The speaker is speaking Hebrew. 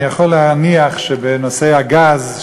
אני יכול להניח שבנושא הגז,